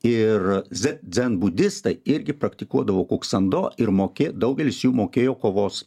ir ze dzenbudistai irgi praktikuodavo kuksando ir mokė daugelis jų mokėjo kovos